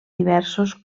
diversos